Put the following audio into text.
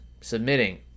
submitting